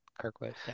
Kirkwood